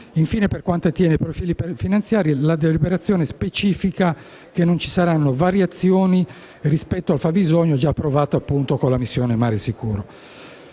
Infine, per quanto attiene ai profili finanziari, la deliberazione specifica è che non ci saranno variazioni rispetto al fabbisogno già approvato per l'anno in corso